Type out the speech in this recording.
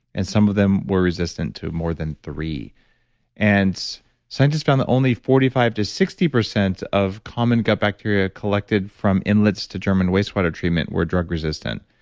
and some of them were resistant to more than three and scientists found that only forty five percent to sixty percent of common gut bacteria collected from inlets to german wastewater treatment were drug resistant.